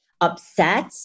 upset